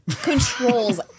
controls